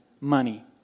money